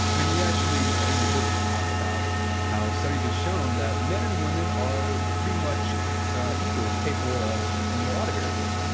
and you actually in your book you talk about how studies have shown that men and women are pretty much equally capable of in a lot of areas,